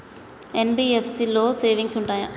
NBFC లో savings ఉంటయా?